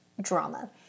drama